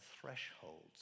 thresholds